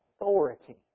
authority